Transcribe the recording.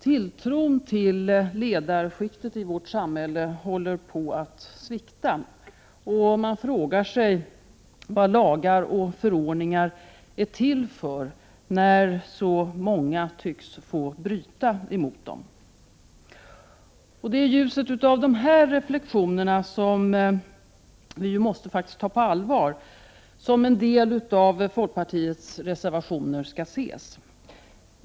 Tilltron till ledarskiktet i vårt samhälle håller på att svikta, och man frågar sig vad lagar och förordningar är till för när så många tycks få bryta mot dem. Det är i ljuset av dessa reflexioner, som vi faktiskt måste ta på allvar, som en del av folkpartiets reservationer skall ses.